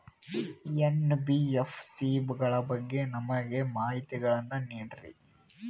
NBFC ಗಳ ಬಗ್ಗೆ ನಮಗೆ ಮಾಹಿತಿಗಳನ್ನ ನೀಡ್ರಿ?